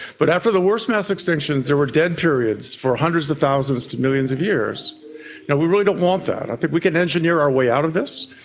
but after the worst mass extinctions there were dead periods for hundreds of thousands to millions of years, and yeah we really don't want that. i think we can engineer our way out of this,